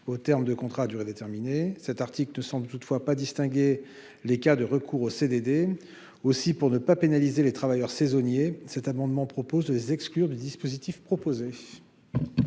au terme de contrats à durée déterminée, cet article ne semble toutefois pas distinguer les cas de recours au CDD aussi pour ne pas pénaliser les travailleurs saisonniers cet amendement propose de les exclure du dispositif proposé.